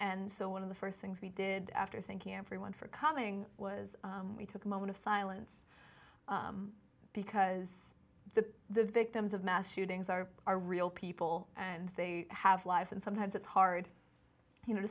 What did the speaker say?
and so one of the first things we did after thanking everyone for coming was we took a moment of silence because the the victims of mass shootings are are real people and they have lives and sometimes it's hard you know to